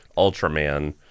Ultraman